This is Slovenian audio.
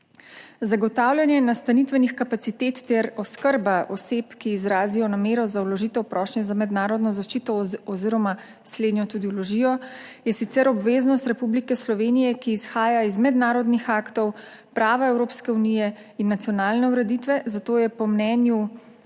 Zagotavljanje nastanitvenih kapacitet ter oskrba oseb, ki izrazijo namero za vložitev prošnje za mednarodno zaščito oziroma slednjo tudi vložijo, je sicer obveznost Republike Slovenije, ki izhaja iz mednarodnih aktov prava Evropske unije in nacionalne ureditve, zato je po mnenju